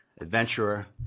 adventurer